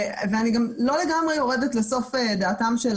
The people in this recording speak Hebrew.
ואני גם לא לגמרי יורדת לסוף דעתם של